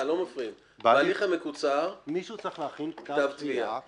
בהליך המקוצר --- מישהו צריך להכין כתב תביעה